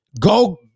go